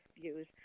views